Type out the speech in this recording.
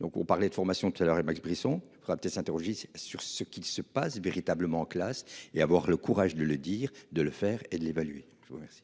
donc on parlait de formation tout à l'heure et Max Brisson. Il faudra peut-être s'interroger sur ce qui se passe véritablement classe et avoir le courage de le dire, de le faire et de l'évaluer, je vous remercie.